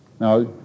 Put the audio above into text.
Now